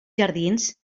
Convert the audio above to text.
jardins